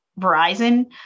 Verizon